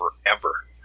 forever